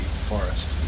forest